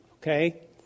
okay